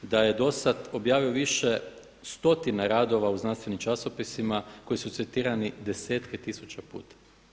Da je do sada objavio više stotina radova u znanstvenim časopisima koji su citirani desetke tisuća puta.